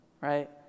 Right